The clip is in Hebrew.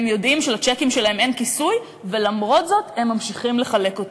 הם יודעים שלצ'קים שלהם אין כיסוי ולמרות זאת הם ממשיכים לחלק אותם.